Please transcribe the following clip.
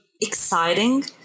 exciting